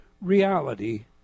Reality